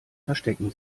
verstecken